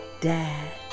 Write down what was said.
Dad